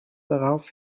darauf